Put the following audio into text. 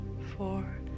four